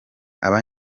aba